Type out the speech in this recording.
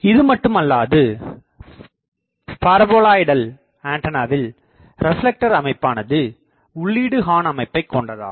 இதுமட்டுமல்லாது paraboloidal ஆண்டனாவில் reflector அமைப்பானது உள்ளீடு ஹார்ன் அமைப்பை கொண்டதாகும்